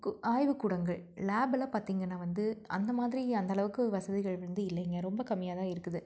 கு ஆய்வுக்கூடங்கள் லேப்பெல்லாம் பார்த்தீங்கன்னா வந்து அந்த மாதிரி அந்தளவுக்கு வசதிகள் வந்து இல்லைங்க ரொம்ப கம்மியாக தான் இருக்குது